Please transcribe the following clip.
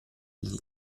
gli